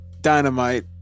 Dynamite